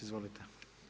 Izvolite.